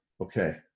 Okay